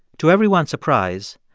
to everyone's surprise,